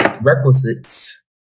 requisites